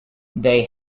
they